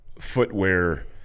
footwear